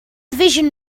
vision